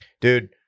dude